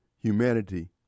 humanity